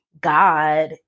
God